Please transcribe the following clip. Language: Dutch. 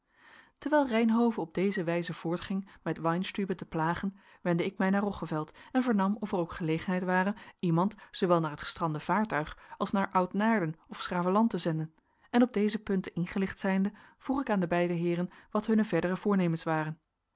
terwijl reynhove op deze wijze voortging met weinstübe te plagen wendde ik mij naar roggeveld en vernam of er ook gelegenheid ware iemand zoowel naar het gestrande vaartuig als naar oud naarden of s gravenland te zenden en op deze punten ingelicht zijnde vroeg ik aan de beide heeren wat hunne verdere voornemens waren